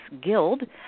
Guild